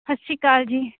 ਸਤਿ ਸ਼੍ਰੀ ਅਕਾਲ ਜੀ